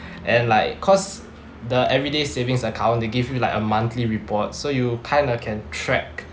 and like cause the everyday savings account they give you like a monthly report so you kind of can track